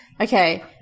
Okay